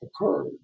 occurred